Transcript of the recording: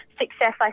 success